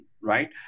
right